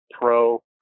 pro